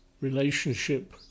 relationship